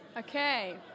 Okay